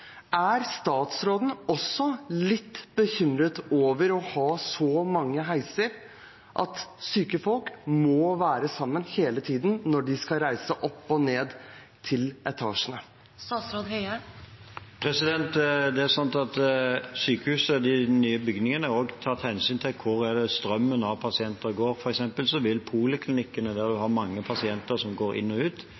Er statsråden også litt bekymret over å ha så mange heiser, og at syke folk må være sammen hele tiden når de skal reise opp og ned mellom etasjene? Det er i sykehusets nye bygninger også tatt hensyn til hvor strømmen av pasienter går. For eksempel vil poliklinikkene